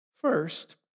First